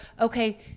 okay